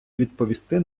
відповісти